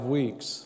weeks